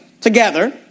together